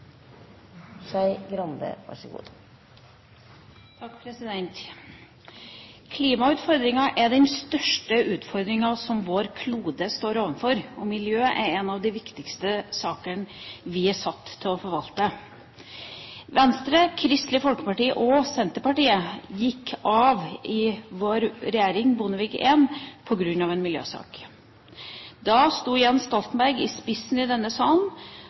en av de viktigste sakene vi er satt til å forvalte. Bondevik II-regjeringen, med Venstre, Kristelig Folkeparti og Senterpartiet, gikk av på grunn av en miljøsak. Da sto Jens Stoltenberg i spissen i denne salen